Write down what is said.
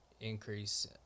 increase